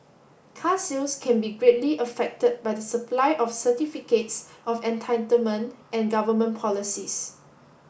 car sales can be greatly affected by the supply of certificates of entitlement and government policies